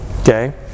okay